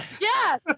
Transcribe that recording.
Yes